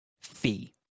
Fee